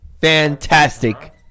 Fantastic